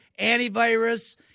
antivirus